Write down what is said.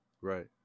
Right